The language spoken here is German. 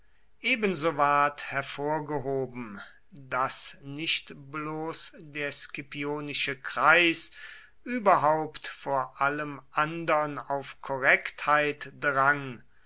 ebenso ward hervorgehoben daß nicht bloß der scipionische kreis überhaupt vor allem andern auf korrektheit drang